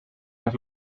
las